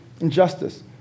injustice